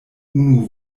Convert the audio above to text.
unu